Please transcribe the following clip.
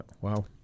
wow